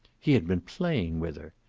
he had been playing with her.